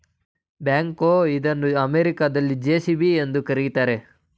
back ಹೋ ಇದನ್ನು ಅಮೆರಿಕದಲ್ಲಿ ಜೆ.ಸಿ.ಬಿ ಎಂದು ಕರಿತಾರೆ